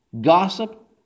gossip